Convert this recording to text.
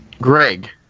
Greg